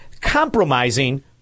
Compromising